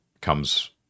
comes